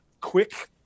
quick